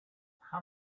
how